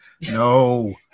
No